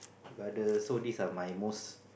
brother so this are my most